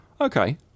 Okay